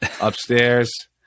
upstairs